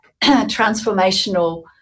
transformational